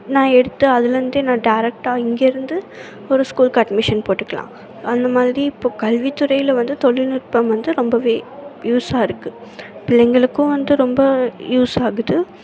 நான் எடுத்து அதுலேருந்தே நான் டைரெக்டா இங்கேயிருந்து ஒரு ஸ்கூலுக்கு அட்மிஷன் போட்டுக்கலாம் அந்தமாதிரி இப்போ கல்வித்துறையில் வந்து தொழில்நுட்பம் வந்து ரொம்ப யூஸாக இருக்குது பிள்ளைகளுக்கும் வந்து ரொம்ப யூஸ் ஆகுது